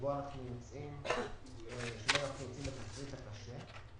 שבו אנחנו נמצאים בתקציב הקשה.